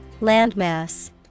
Landmass